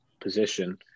position